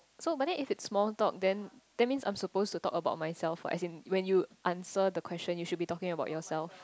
so but then if it's small talk then that means I'm supposed to talk about myself or as in when you answer the question you should be talking about yourself